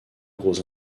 gros